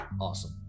awesome